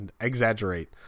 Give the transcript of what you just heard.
exaggerate